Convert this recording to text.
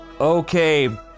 Okay